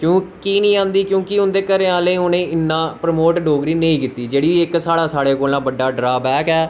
क्यों की नी आंदी क्योंकि उंदे घर आह्लें उनें इन्ना प्रमोट डोगरी नेंई कीता जेह्ड़ी जेह्ड़ा सारें कोला बड्डा ड्राबैक ऐ